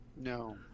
no